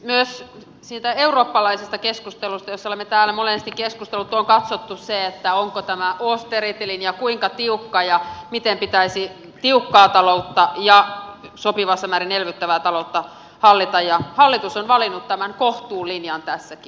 myös siitä eurooppalaisesta keskustelusta josta olemme täällä monesti keskustelleet on katsottu se onko tämä austerity linja kuinka tiukka ja miten pitäisi tiukkaa taloutta ja sopivassa määrin elvyttävää taloutta hallita ja hallitus on valinnut tämän kohtuulinjan tässäkin